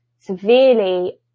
severely